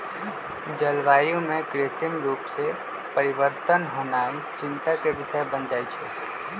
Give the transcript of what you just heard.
जलवायु में कृत्रिम रूप से परिवर्तन होनाइ चिंता के विषय बन जाइ छइ